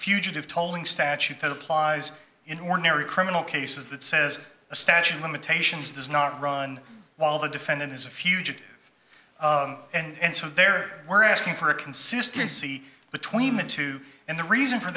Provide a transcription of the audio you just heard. fugitive tolling statute that applies in ordinary criminal cases that says a statute of limitations does not run while the defendant is a fugitive and so there were asking for consistency between the two and the reason for